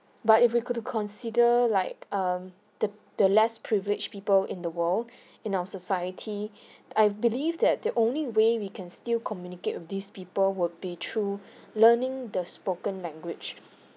but if we go to consider like um the the less privileged people in the world in our society I believe that the only way we can still communicate with these people will be through learning the spoken language